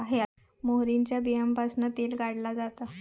मोहरीच्या बीयांपासना तेल काढला जाता